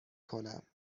کنم